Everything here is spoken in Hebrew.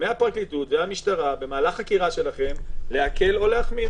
מהפרקליטות ומהמשטרה במהלך חקירה שלכם להקל או להחמיר.